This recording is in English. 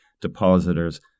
depositors